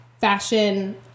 Fashion